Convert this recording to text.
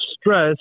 stress